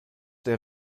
der